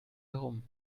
herum